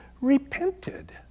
repented